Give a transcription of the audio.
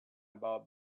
about